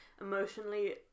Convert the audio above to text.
emotionally